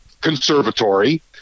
Conservatory